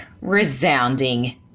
resounding